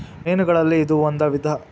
ಮೇನುಗಳಲ್ಲಿ ಇದು ಒಂದ ವಿಧಾ